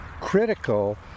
critical